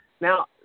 Now